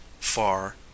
far